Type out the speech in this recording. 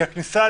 כי הכניסה,